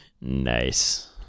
Nice